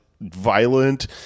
violent